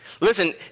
Listen